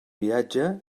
viatge